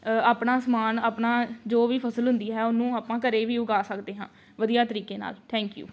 ਆਪਣਾ ਸਮਾਨ ਆਪਣਾ ਜੋ ਵੀ ਫ਼ਸਲ ਹੁੰਦੀ ਹੈ ਉਹਨੂੰ ਆਪਾਂ ਘਰ ਵੀ ਉਗਾ ਸਕਦੇ ਹਾਂ ਵਧੀਆ ਤਰੀਕੇ ਨਾਲ ਥੈਂਕ ਯੂ